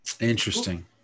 Interesting